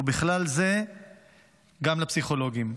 ובכלל זה גם לפסיכולוגים.